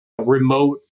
remote